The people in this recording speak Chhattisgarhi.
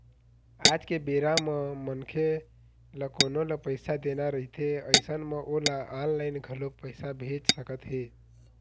आज के बेरा म मनखे ल कोनो ल पइसा देना रहिथे अइसन म ओला ऑनलाइन घलोक पइसा भेज सकत हे